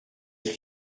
être